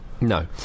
No